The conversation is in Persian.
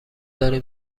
داریم